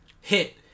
hit